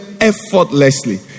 effortlessly